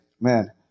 man